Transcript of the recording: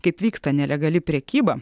kaip vyksta nelegali prekyba